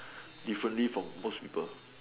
differently from most people